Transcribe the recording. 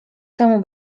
temu